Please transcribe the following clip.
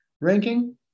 ranking